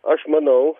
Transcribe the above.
aš manau